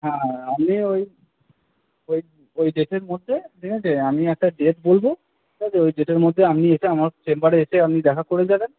হ্যাঁ আমি ওই ওই ডেটের মধ্যে ঠিক আছে আমি একটা ডেট বলবো ঠিক আছে ওই ডেটের মধ্যে আপনি এসে আমার চেম্বারে এসে দেখা করে যাবেন